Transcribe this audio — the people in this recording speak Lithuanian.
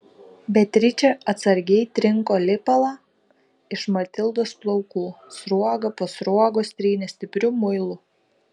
beatričė atsargiai trinko lipalą iš matildos plaukų sruogą po sruogos trynė stipriu muilu